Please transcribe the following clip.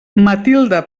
matilde